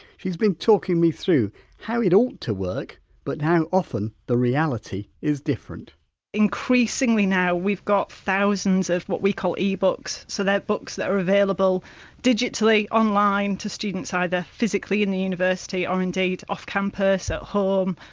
she's been talking me through how it ought to work but how often the reality is different increasingly now we've got thousands of what we call ebooks, so they're books that are available digitally, online, to students either physically in the university or indeed off campus, at home,